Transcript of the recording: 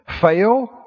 fail